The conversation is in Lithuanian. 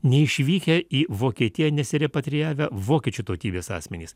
neišvykę į vokietiją nesirepatrijavę vokiečių tautybės asmenys